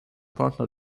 partner